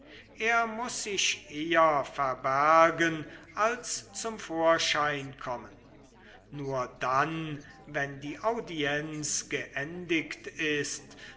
er muß sich eher verbergen als zum vorschein kommen nur dann wenn die audienz geendigt ist